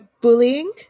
bullying